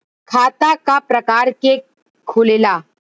खाता क प्रकार के खुलेला?